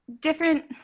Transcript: different